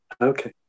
Okay